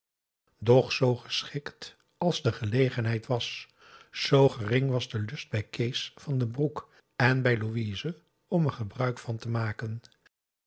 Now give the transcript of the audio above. doch zoo geschikt als de gelegenheid was zoo gering was de lust bij kees van den broek en bij louise om er gebruik van te maken